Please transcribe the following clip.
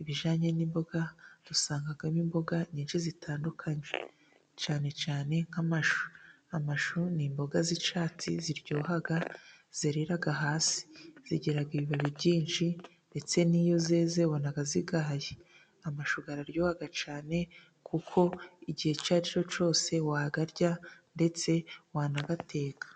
ibijyanye n'imboga, dusangamo imboga nyinshi zitandukanye, cyane cyane nk'amashu. Amashu ni imboga z'icyatsi ziryoha, zerera hasi. Zigira ibibabi byinshi, ndetse n'iyo zeze ubona zigaye. Amashu araryo cyane, kuko igihe icyo ari cyo cyose wayarya, ndetse wanayateka.